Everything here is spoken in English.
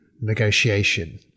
negotiation